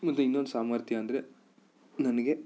ಮುಂದೆ ಇನ್ನೊಂದು ಸಾಮರ್ಥ್ಯ ಅಂದರೆ ನನಗೆ